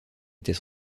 était